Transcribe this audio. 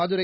Madurai